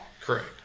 Correct